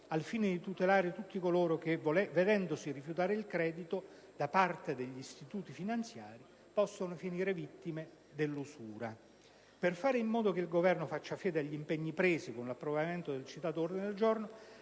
al fine di tutelare tutti coloro che, vedendosi rifiutare il credito da parte degli istituti finanziari, possono finire vittime dell'usura. Per fare in modo che il Governo tenga fede agli impegni presi con l'approvazione del citato ordine del giorno,